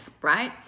right